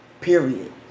period